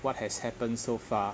what has happened so far